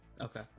Okay